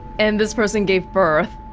and this person gave birth